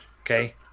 okay